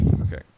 Okay